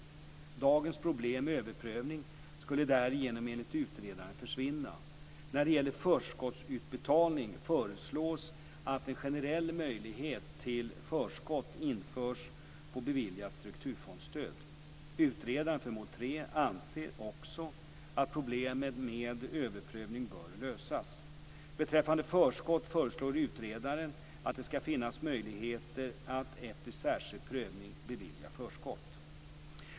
Dagens problem med överprövning skulle därigenom enligt utredaren försvinna. När det gäller förskottsutbetalning föreslås att en generell möjlighet till förskott införs på beviljat strukturfondsstöd. Utredaren för mål 3 anser också att problemen med överprövning bör lösas. Beträffande förskott föreslår utredaren att det skall finnas möjlighet att efter särskild prövning bevilja förskott.